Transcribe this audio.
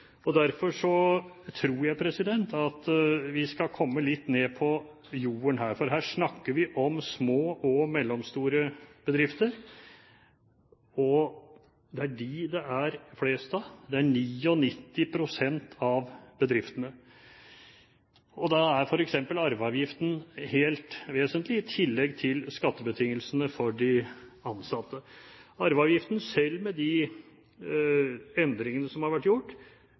glansbilde. Derfor tror jeg vi skal komme litt ned på jorden her, for her snakker vi om små og mellomstore bedrifter. Det er dem det er flest av; det gjelder 99 pst. av bedriftene. Da er f.eks. arveavgiften helt vesentlig, i tillegg til skattebetingelsene for de ansatte. Arveavgiften – selv med de endringene som har vært gjort